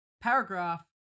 paragraph